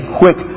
quick